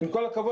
עם כל הכבוד,